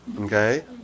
Okay